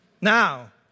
Now